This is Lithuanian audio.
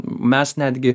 mes netgi